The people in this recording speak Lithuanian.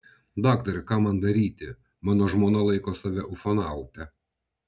daktare ką man daryti mano žmona laiko save ufonaute